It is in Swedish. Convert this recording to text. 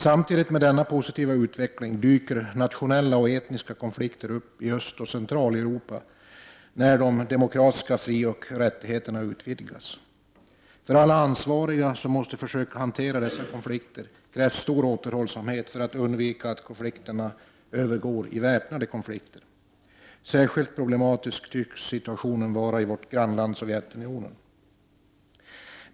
Samtidigt med denna positiva utveckling dyker nationella och etniska konflikter upp i Östoch Centraleuropa när de demokratiska frioch rättigheterna utvidgas. Av alla ansvariga som måste försöka hantera dessa konflikter krävs stor återhållsamhet för att undvika att konflikterna övergår i väpnade konflikter. Särskilt problematisk tycks situationen vara i vårt grannland Sovjetunionen.